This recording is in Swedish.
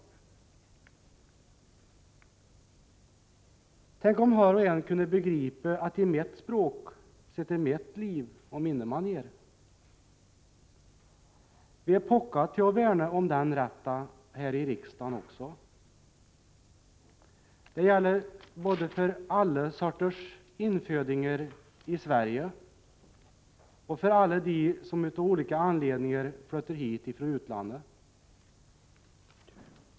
Tänk om hör å en kunne begripe att i mett språk setter mett liv å mine manér. Vi ä påkka te å värne om den rätta här i riksdann åg. Dä gäller bådde för alle sörters infödinger i Svärrje å för alle di som uttå olike anledninger flötter hit ifrå utlanne.